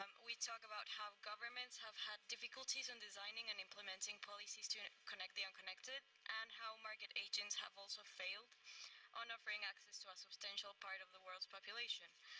um we talk about how governments have had difficulties in designing and implementing policies to connect the unconnected and how market agents have also failed on offering access to a substantial part of the world's population.